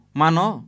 mano